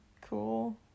cool